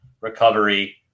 recovery